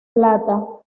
plata